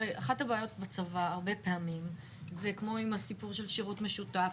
הרי אחת הבעיות בצבא הרבה פעמים זה כמו עם הסיפור של שירות משותף,